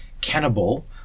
cannibal